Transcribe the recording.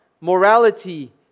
morality